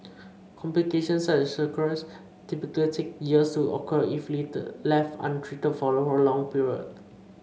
complications such as cirrhosis typically take years to occur if left untreated for a prolonged period